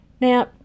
Now